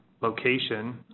location